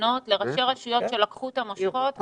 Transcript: מצוינות לראשי רשויות שלקחו את המשוכות.